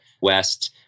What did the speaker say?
West